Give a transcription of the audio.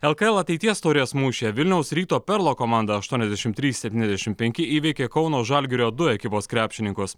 lkl ateities taurės mūšyje vilniaus ryto perlo komanda aštuoniasdešimt trys septyniasdešimt penki įveikė kauno žalgirio du ekipos krepšininkus